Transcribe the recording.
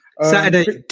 Saturday